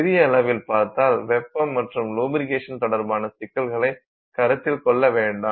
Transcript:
சிறிய அளவில் பார்த்தால் வெப்பம் மற்றும் லுபிரிக்கேஷன் தொடர்பான சிக்கல்களைக் கருத்தில் கொள்ள வேண்டாம்